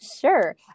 sure